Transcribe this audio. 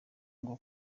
ngo